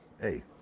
hey